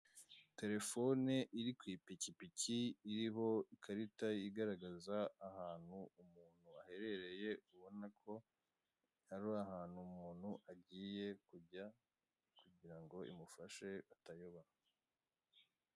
Telefone iri ku ipikipiki, iriho ikarita igaragaza ahantu umuntu aherereye, ubona ko ari ahantu umuntu agiye kujya, kugira ngo imufashe atayoba.